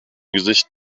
gesicht